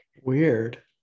weird